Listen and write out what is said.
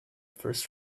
first